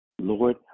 Lord